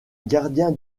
gardien